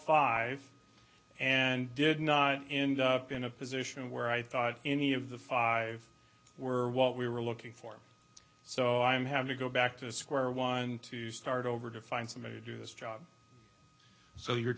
five and did not end up in a position where i thought any of the five were what we were looking for so i have to go back to square one to start over to find somebody to do this job so you're